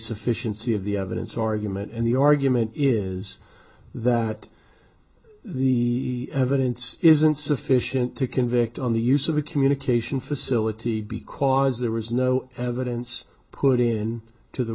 sufficiency of the evidence argument and the argument is that the evidence isn't sufficient to convict on the use of a communication facility because there was no evidence put in to the